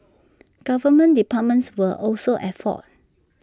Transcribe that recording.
government departments were also at fault